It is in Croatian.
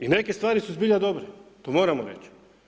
I neke stvari su zbilja dobre, to moramo reći.